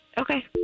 Okay